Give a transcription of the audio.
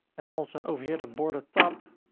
and also over here the border top,